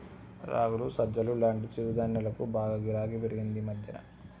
రాగులు, సజ్జలు లాంటి చిరుధాన్యాలకు బాగా గిరాకీ పెరిగింది ఈ మధ్యన